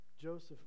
Joseph